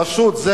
פשוט,